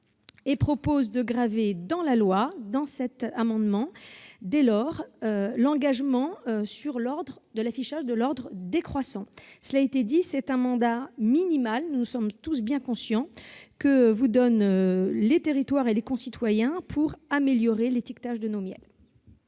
et propose de graver dans la loi, avec cet amendement, l'engagement d'un affichage par ordre décroissant. Il s'agit d'un mandat minimal, nous en sommes bien conscients, que vous donnent les territoires et nos concitoyens pour améliorer l'étiquetage de nos miels.